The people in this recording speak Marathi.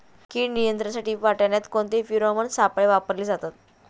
कीड नियंत्रणासाठी वाटाण्यात कोणते फेरोमोन सापळे वापरले जातात?